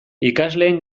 ikasleen